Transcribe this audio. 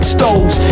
stoves